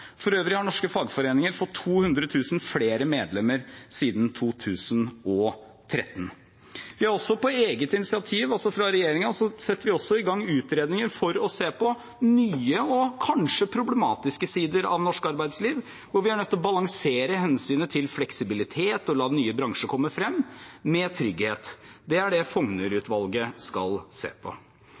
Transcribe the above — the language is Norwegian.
For øvrig har norske fagforeninger fått 200 000 flere medlemmer siden 2013. Vi har også på eget initiativ fra regjeringen satt i gang utredninger for å se på nye og kanskje problematiske sider av norsk arbeidsliv, hvor vi er nødt til å balansere hensynet til fleksibilitet og la nye bransjer kommer fram med trygghet. Det er det Fougner-utvalget skal se på.